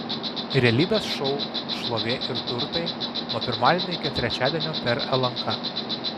realybės šou šlovė ir turtai nuo pirmadienio iki trečiadienio per lnk